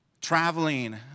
Traveling